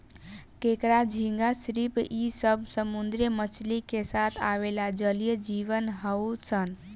केकड़ा, झींगा, श्रिम्प इ सब समुंद्री मछली के साथ आवेला जलीय जिव हउन सन